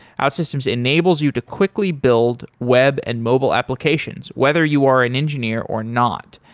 outsystems enables you to quickly build web and mobile applications whether you are an engineer or not.